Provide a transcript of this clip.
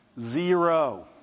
Zero